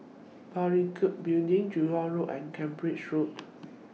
Parakou Building Jurong Road and Cambridge Road